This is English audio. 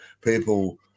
people